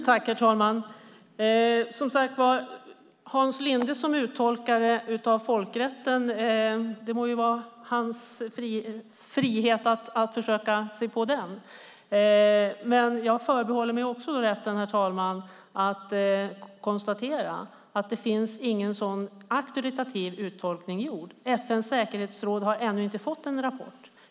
Herr talman! Som sagt: När det gäller Hans Linde som uttolkare av folkrätten må det vara hans frihet att försöka sig på det. Jag förbehåller mig, herr talman, rätten att konstatera att någon sådan auktoritativ uttolkning inte är gjord. FN:s säkerhetsråd har ännu inte fått en rapport.